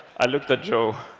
i looked at joe.